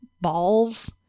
balls